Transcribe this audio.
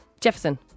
Jefferson